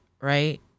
right